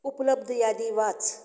उपलब्ध यादी वाच